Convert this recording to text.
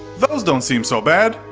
those don't seem so bad!